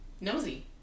nosy